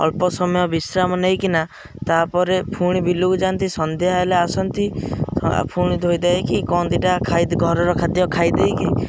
ଅଳ୍ପ ସମୟ ବିଶ୍ରାମ ନେଇକିନା ତା'ପରେ ପୁଣି ବିଲକୁ ଯାଆନ୍ତି ସନ୍ଧ୍ୟା ହେଲେ ଆସନ୍ତି ପୁଣି ଧୋଇ ଧାଇକି କ'ଣ ଦୁଇଟା ଖାଇ ଘରର ଖାଦ୍ୟ ଖାଇ ଦେଇକି